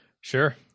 Sure